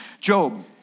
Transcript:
Job